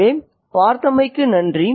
எனவே பார்த்ததற்கு நன்றி